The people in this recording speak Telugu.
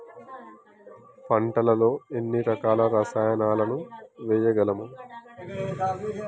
పంటలలో ఎన్ని రకాల రసాయనాలను వేయగలము?